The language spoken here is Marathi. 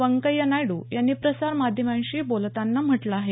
व्यंकय्या नायडू यांनी प्रसारमाध्यमांशी बोलतांना म्हटलं आहे